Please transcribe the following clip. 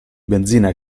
benzina